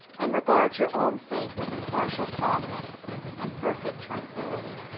and regard your own fate with impartial calmness and perfect tranquillity.